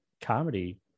comedy